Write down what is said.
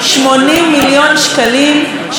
ששומרים עליהם כל שנה,